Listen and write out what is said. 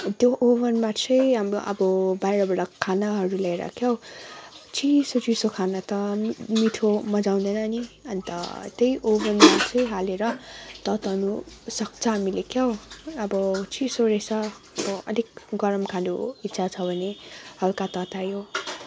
त्यो ओभनमा चाहिँ हाम्रो अब अब बाहिरबाट खानाहरू ल्याएर क्याउ चिसो चिसो खाना त मिठो मजा आउँदैन नि अनि त त्यहीँ ओभनमा चाहिँ हालेर तताउनुसक्छ हामीले क्याउ अब चिसो रहेछ अब अलिक गरम खानु इच्छा छ भने हल्का ततायो